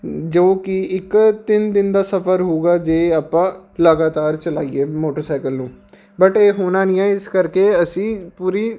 ਜੋ ਕਿ ਇੱਕ ਤਿੰਨ ਦਿਨ ਦਾ ਸਫ਼ਰ ਹੋਊਗਾ ਜੇ ਆਪਾਂ ਲਗਾਤਾਰ ਚਲਾਈਏ ਮੋਟਰਸਾਈਕਲ ਨੂੰ ਬਟ ਇਹ ਹੋਣਾ ਨਹੀਂ ਹੈ ਇਸ ਕਰਕੇ ਅਸੀਂ ਪੂਰੀ